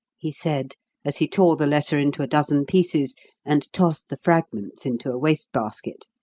he said as he tore the letter into a dozen pieces and tossed the fragments into a waste-basket.